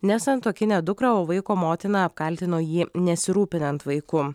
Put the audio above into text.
nesantuokinę dukrą o vaiko motina apkaltino jį nesirūpinant vaiku